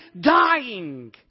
dying